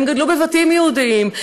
והם גדלו בבתים יהודיים,